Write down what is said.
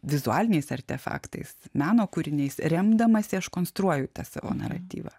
vizualiniais artefaktais meno kūriniais remdamasi aš konstruoju tą savo naratyvą